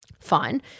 fine